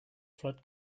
flood